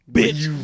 Bitch